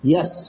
Yes